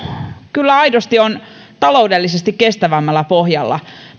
kyllä aidosti on taloudellisesti kestävämmällä pohjalla